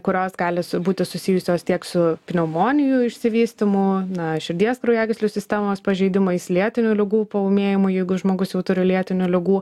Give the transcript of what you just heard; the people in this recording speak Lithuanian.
kurios gali būti susijusios tiek su pneumonijų išsivystymu na širdies kraujagyslių sistemos pažeidimais lėtinių ligų paūmėjimu jeigu žmogus jau turi lėtinių ligų